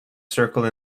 circle